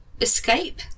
escape